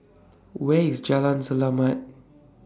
Where IS Jalan Selamat